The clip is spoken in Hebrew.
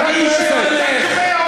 את ראית שאני הוצאתי אותו כי הוא הפריע,